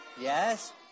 Yes